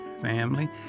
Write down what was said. family